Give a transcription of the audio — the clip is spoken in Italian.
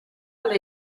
alle